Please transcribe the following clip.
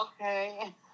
okay